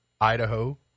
Idaho